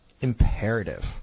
Imperative